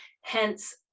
Hence